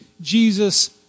Jesus